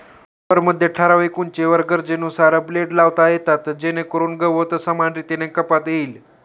मॉवरमध्ये ठराविक उंचीवर गरजेनुसार ब्लेड लावता येतात जेणेकरून गवत समान रीतीने कापता येईल